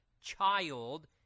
child